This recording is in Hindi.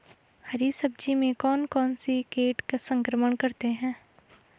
हरी सब्जी में कौन कौन से कीट संक्रमण करते हैं?